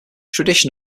tradition